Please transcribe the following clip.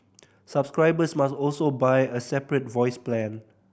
subscribers must also buy a separate voice plan